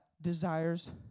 desires